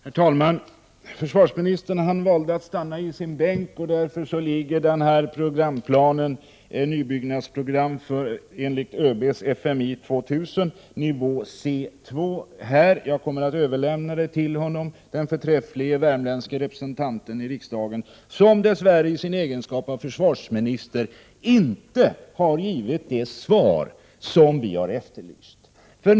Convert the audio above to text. Herr talman! Försvarsministern valde att stanna i sin bänk, och därför ligger programplanen, Nybyggnadsprogram enligt ÖB:s FMI 2000, nivå C 2, kvar här i talarstolen. Jag kommer att överlämna den till honom — den förträfflige värmländske representanten i riksdagen, som dess värre i sin egenskap av försvarsminister inte har givit det svar som vi har efterlyst.